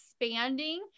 expanding